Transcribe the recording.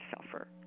suffer